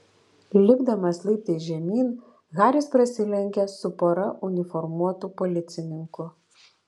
lipdamas laiptais žemyn haris prasilenkė su pora uniformuotų policininkų